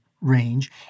range